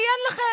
כי אין לכם.